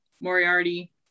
Moriarty